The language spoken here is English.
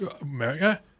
America